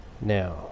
Now